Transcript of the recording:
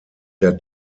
der